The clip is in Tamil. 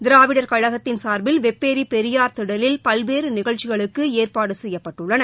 திராவிடர் கழகத்தின் சார்பில் வேப்பேரி பெரியார் திடலில் பல்வேறு நிகழ்ச்சிகளுக்கு ஏற்பாடு செய்யப்பட்டுள்ளன